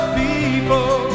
people